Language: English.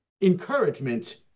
encouragement